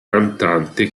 cantante